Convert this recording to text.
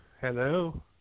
Hello